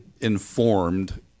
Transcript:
informed